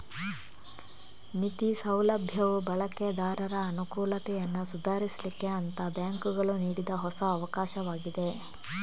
ಮಿತಿ ಸೌಲಭ್ಯವು ಬಳಕೆದಾರರ ಅನುಕೂಲತೆಯನ್ನ ಸುಧಾರಿಸ್ಲಿಕ್ಕೆ ಅಂತ ಬ್ಯಾಂಕುಗಳು ನೀಡಿದ ಹೊಸ ಅವಕಾಶವಾಗಿದೆ